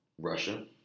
Russia